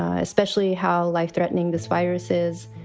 ah especially how life threatening this virus is.